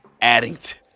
Addington